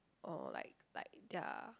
or like like their